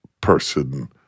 person